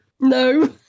No